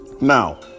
now